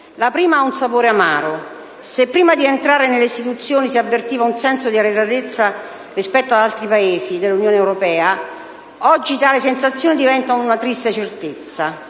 La prima ha un sapore amaro: se prima di entrare nelle istituzioni si avvertiva un senso di arretratezza rispetto agli altri Paesi dell'Unione europea, oggi tale sensazione diventa una triste certezza.